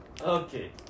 okay